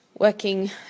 working